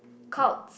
cults